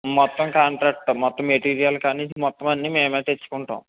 మొత్తం కాంట్రాక్ట్ మొత్తం మెటీరియల్ అన్నింటికి మొత్తం అన్నీ మేము తెచ్చుకుంటాం